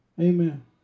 Amen